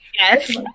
Yes